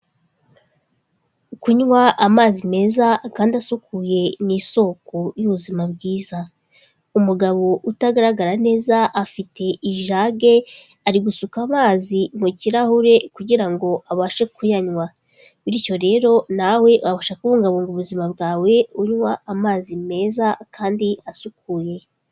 Kunywa amazi meza kandi asukuye ni isoko y'ubuzima bwiza, umugabo utagaragara neza afite ijage ari gusuka amazi mu kirahure kugira ngo abashe kuyanywa, bityo rero nawe wabasha kubungabunga ubuzima bwawe unywa amazi meza kandi asukuye.